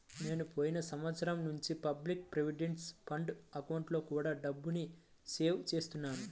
నేను పోయిన సంవత్సరం నుంచి పబ్లిక్ ప్రావిడెంట్ ఫండ్ అకౌంట్లో కూడా డబ్బుని సేవ్ చేస్తున్నాను